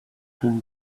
been